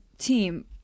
Team